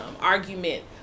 argument